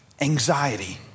anxiety